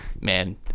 man